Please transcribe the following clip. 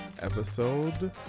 episode